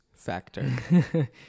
factor